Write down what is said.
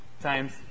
times